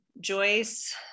Joyce